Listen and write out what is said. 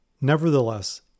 Nevertheless